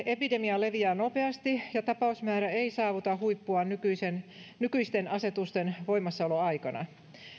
epidemia leviää nopeasti ja tapausmäärä ei saavuta huippua nykyisten nykyisten asetusten voimassaoloaikana